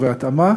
ובהתאמה